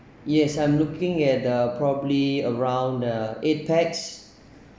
yes I'm looking at a probably around uh eight pax